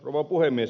rouva puhemies